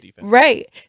Right